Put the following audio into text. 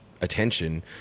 attention